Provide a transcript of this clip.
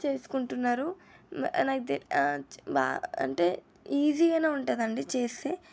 చేసుకుంటున్నారు అంటే ఈజీ గానే ఉంటుందండి చేస్తే